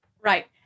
Right